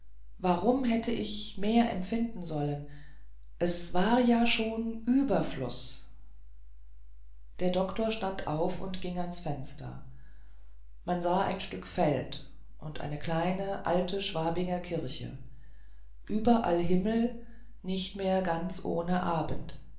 warum hätte ich mehr empfinden sollen das war ja schon überfluß der doktor stand auf und ging ans fenster man sah ein stück feld und die kleine alte schwabinger kirche darüber himmel nicht mehr ganz ohne abend